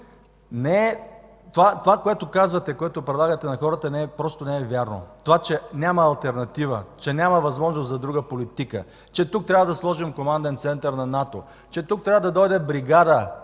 Това, което казвате, което предлагате на хората, просто не е вярно. Това, че няма алтернатива, че няма възможност за друга политика, че тук трябва да сложим команден център на НАТО, че тук трябва да дойде танкова